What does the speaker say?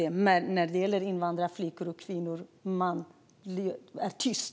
Men när det gäller invandrarflickor och invandrarkvinnor är man tyst.